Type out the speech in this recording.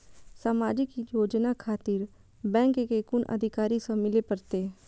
समाजिक योजना खातिर बैंक के कुन अधिकारी स मिले परतें?